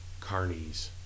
carnies